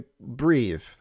breathe